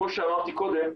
כמו שאמרתי קודם,